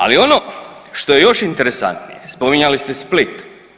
Ali ono što je još interesantnije spominjali ste Split.